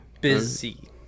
busy